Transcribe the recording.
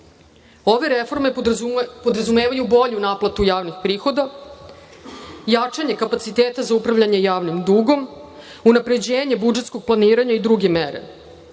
Ove reforme podrazumevaju bolju naplatu javnih prihoda, jačanje kapaciteta za upravljanje javnim dugom, unapređenje budžetskog planiranja i druge mere. Jedna